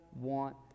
want